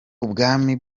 ubwami